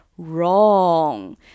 Wrong